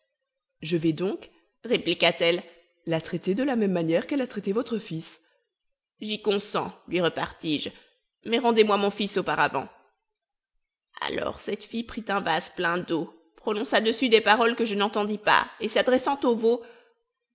je vais donc répliqua telle la traiter de la même manière qu'elle a traité votre fils j'y consens lui repartis-je mais rendez-moi mon fils auparavant alors cette fille prit un vase plein d'eau prononça dessus des paroles que je n'entendis pas et s'adressant au veau